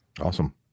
Awesome